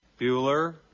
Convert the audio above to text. Bueller